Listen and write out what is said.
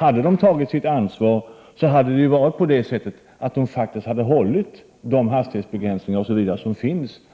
Om de hade gjort det, hade de hållit de hastighetsbegränsningar som gäller.